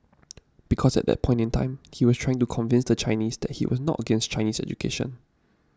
because at that point in time he was trying to convince the Chinese that he was not against Chinese education